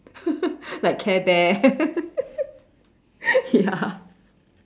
like care bear ya